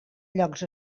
llocs